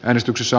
äänestyksessä